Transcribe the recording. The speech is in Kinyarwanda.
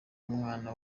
umwana